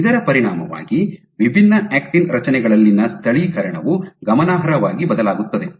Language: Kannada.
ಇದರ ಪರಿಣಾಮವಾಗಿ ವಿಭಿನ್ನ ಆಕ್ಟಿನ್ ರಚನೆಗಳಲ್ಲಿನ ಸ್ಥಳೀಕರಣವು ಗಮನಾರ್ಹವಾಗಿ ಬದಲಾಗುತ್ತದೆ